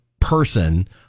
person